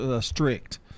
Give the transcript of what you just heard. strict